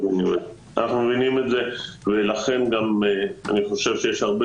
אנחנו מבינים את זה ולכן גם אני חושב שיש הרבה